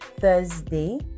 thursday